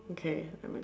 okay